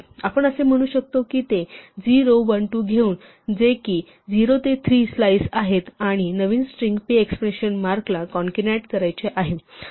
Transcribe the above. आपण असे म्हणू शकतो की ते 0 1 2 घेऊन जे की 0 ते 3 स्लाइस आहेत आणि नवीन स्ट्रिंग p एक्सक्लमेशन मार्कला कॉंकॅटिनेंट करायची आहे